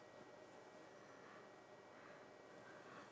ya at the John Pins store